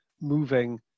moving